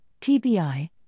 TBI